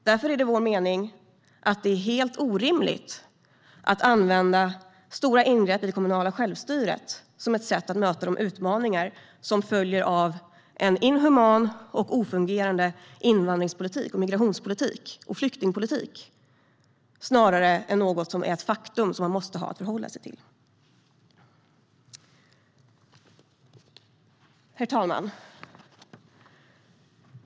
Därför är det vår mening att det är helt orimligt att använda stora ingrepp i det kommunala självstyret som ett sätt att möta de utmaningar som följer av en inhuman och illa fungerande invandringspolitik, migrationspolitik och flyktingpolitik snarare än något som är ett faktum som man måste förhålla sig till. Herr talman!